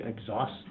exhaust